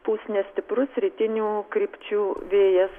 pūs nestiprus rytinių krypčių vėjas